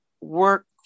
work